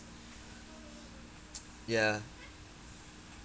ya